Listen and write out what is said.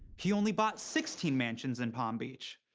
he only bought sixteen mansions in palm beach.